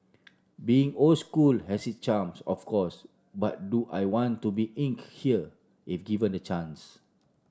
being old school has its charms of course but do I want to be inked here if given the chance